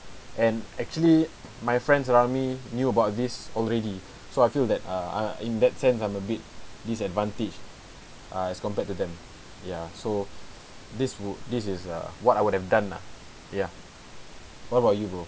and actually my friends around me knew about this already so I feel that uh uh in that sense I'm a bit disadvantage ah as compared to them ya so this would this is uh what I would have done lah ya what about you bro